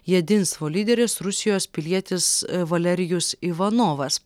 jedinstvo lyderis rusijos pilietis valerijus ivanovas